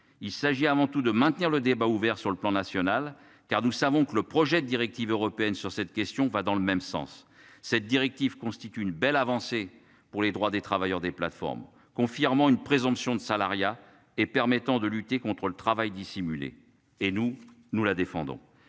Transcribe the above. Il s'agit avant tout de maintenir le débat ouvert sur le plan national, car nous savons que le projet de directive européenne sur cette question va dans le même sens, cette directive constitue une belle avancée pour les droits des travailleurs des plateformes confirmant une présomption de salariat et permettant de lutter contre le travail dissimulé et nous nous la défendons